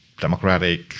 democratic